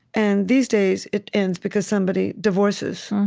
and these days, it ends because somebody divorces